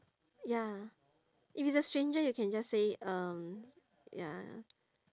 ya if it's a stranger you can just say um ya